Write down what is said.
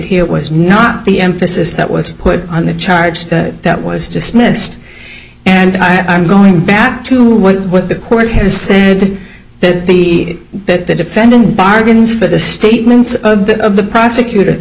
here was not the emphasis that was put on the charge that was dismissed and i'm going back to what the court has said to that that the defendant bargains for the statements of the of the prosecutor the